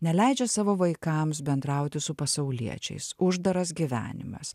neleidžia savo vaikams bendrauti su pasauliečiais uždaras gyvenimas